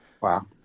Wow